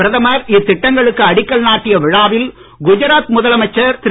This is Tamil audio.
பிரதமர் இத்திட்டங்களுக்கு அடிக்கல் நாட்டிய விழாவில் குஜராத் முதலமைச்சர் திரு